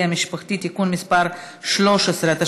17 חברי כנסת בעד, אין מתנגדים, אין נמנעים.